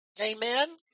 Amen